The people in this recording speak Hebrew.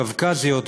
קווקזיות,